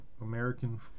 American